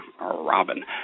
Robin